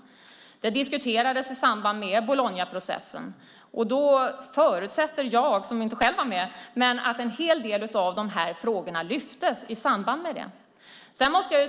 Det diskuterades i samband med Bolognaprocessen. Därför förutsätter jag, som inte själv var med, att en hel del av frågorna lyftes fram i samband med detta.